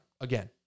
Again